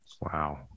Wow